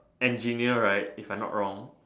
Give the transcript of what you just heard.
engineer right if I'm not wrong